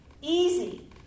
easy